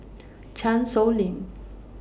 Chan Sow Lin